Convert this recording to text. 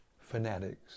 fanatics